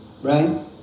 right